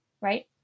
right